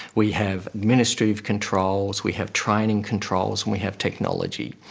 we have administrative controls, we have training controls, and we have technology.